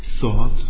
thought